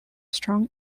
strong